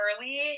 early